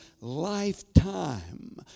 lifetime